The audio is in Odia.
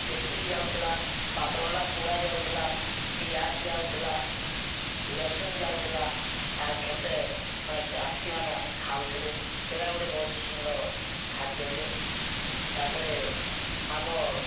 ତେତେଲ୍ ଯାଉଥିଲା ପାାତଲ୍ଘଣ୍ଟା ପୁଡ଼ାଯାଉଥିଲା ପିଆଜ୍ ଯାଉଥିଲା ଲସୁନ୍ ଯାଉଥିଲା ଆର୍ ଖେତେ ମାନେ ଚାଷୀମାନେ ଖାଉଥିଲେ ସେଟା ଗୁଟେ ବହୁତ୍ ସୁନ୍ଦର୍ ଖାଦ୍ୟଟେ ତା'ପରେ ଆମର୍